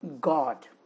God